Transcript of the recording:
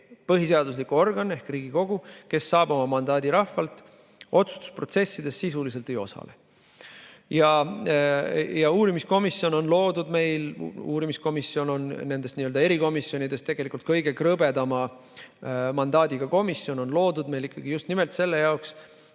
põhiseaduslik organ ehk Riigikogu, kes saab oma mandaadi rahvalt, otsustusprotsessides sisuliselt ei osale. Uurimiskomisjon, mis on nendest erikomisjonidest tegelikult kõige krõbedama mandaadiga komisjon, on loodud meil ikkagi just nimelt selle jaoks,